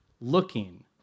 looking